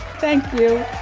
thank you.